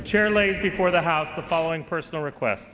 the chair lays before the house the following personal request